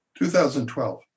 2012